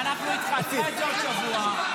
מיכאל, אנחנו איתך --- שבוע הבא הצבעה.